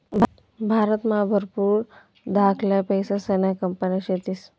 भारतमा भरपूर धाकल्या पैसासन्या कंपन्या शेतीस